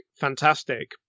fantastic